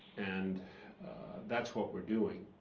and that's what we're doing.